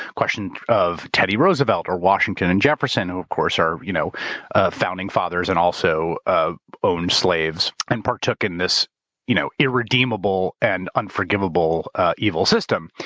question of teddy roosevelt or washington and jefferson who of course are you know ah founding fathers and also ah owned slaves and partook in this you know irredeemable and unforgivable evil system.